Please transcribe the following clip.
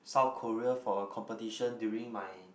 South Korea for a competition during my